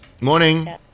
Morning